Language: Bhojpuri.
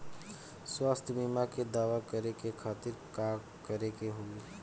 स्वास्थ्य बीमा के दावा करे के खातिर का करे के होई?